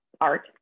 art